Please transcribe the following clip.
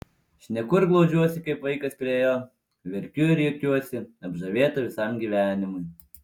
šneku ir glaudžiuosi kaip vaikas prie jo verkiu ir juokiuosi apžavėta visam gyvenimui